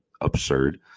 absurd